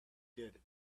did